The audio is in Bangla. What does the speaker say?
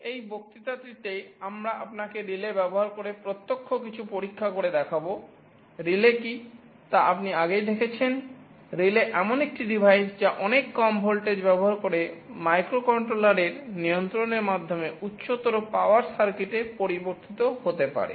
এই বক্তৃতাটিতে আমরা আপনাকে রিলে এ পরিবর্তিত হতে পারে